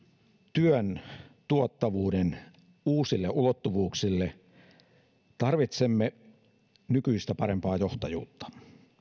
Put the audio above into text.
työn tuottavuuden uusille ulottuvuuksille tarvitsemme nykyistä parempaa johtajuutta